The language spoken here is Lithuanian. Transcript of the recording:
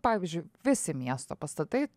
pavyzdžiui visi miesto pastatai